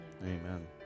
Amen